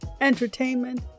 entertainment